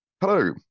Hello